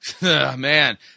man